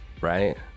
right